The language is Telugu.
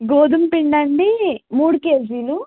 గోధుమ పిండి అండి మూడు కేజీలు